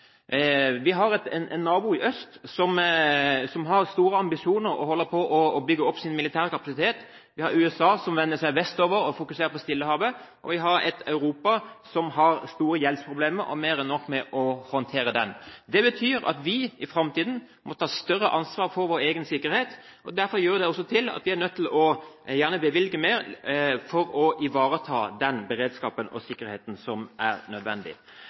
Vi har en nabo i øst som har store ambisjoner og holder på å bygge opp sin militære aktivitet, vi har USA som vender seg vestover og fokuserer på Stillehavet, og vi har et Europa som har store gjeldsproblemer og mer enn nok med å håndtere det. Det betyr at vi i framtiden må ta større ansvar for vår egen sikkerhet. Derfor fører det også til at vi gjerne er nødt til å bevilge mer for å ivareta den beredskapen og den sikkerheten som er nødvendig.